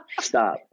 Stop